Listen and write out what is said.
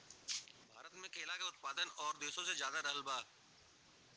भारत मे केला के उत्पादन और देशो से ज्यादा रहल बा